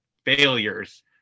failures